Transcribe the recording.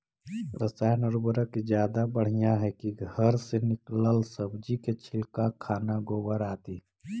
रासायन उर्वरक ज्यादा बढ़िया हैं कि घर से निकलल सब्जी के छिलका, खाना, गोबर, आदि?